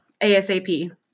ASAP